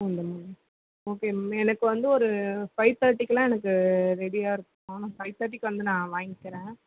Poonamallee okay ma'am எனக்கு வந்து ஒரு ஃபைவ் தேர்ட்டிக்கெலாம் எனக்கு ரெடியாக இருக்குமா நான் ஃபைவ் தேர்ட்டிக்கு வந்து நான் வாங்கிக்கிறேன்